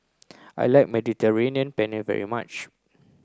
I like Mediterranean Penne very much